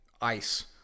ice